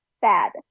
sad